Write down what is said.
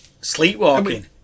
Sleepwalking